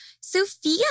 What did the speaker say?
Sophia